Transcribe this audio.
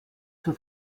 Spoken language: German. zur